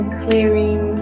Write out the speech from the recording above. clearing